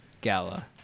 gala